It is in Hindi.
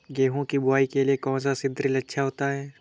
गेहूँ की बुवाई के लिए कौन सा सीद्रिल अच्छा होता है?